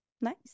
nice